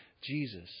Jesus